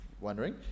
wondering